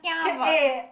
cat A